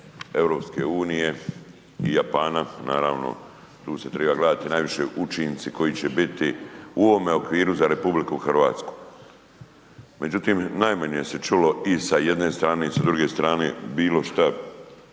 između EU i Japana, naravno tu se treba gledati najviše učinci koji će biti u ovome okviru za RH. Međutim, najmanje se čulo i sa jedne strane i sa druge strane bilo šta